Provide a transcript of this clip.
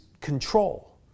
control